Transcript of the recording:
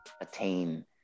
attain